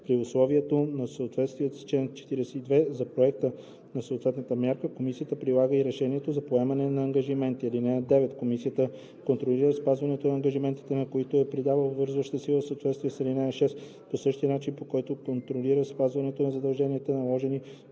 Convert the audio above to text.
При уведомяването в съответствие с чл. 42 за проекта на съответната мярка комисията прилага и решението за поемане на ангажименти. (9) Комисията контролира спазването на ангажиментите, на които е придала обвързваща сила в съответствие с ал. 6, по същия начин, по който контролира спазването на задълженията, наложени